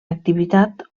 activitat